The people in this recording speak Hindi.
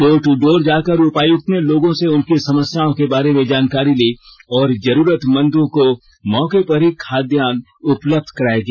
डोर टू डोर जाकर उपायुक्त ने लोगों से उनकी समस्याओं के बारे में जानकारी ली और जरूरतमन्दों को मौके पर ही खाद्यान्न उपलब्ध कराया गया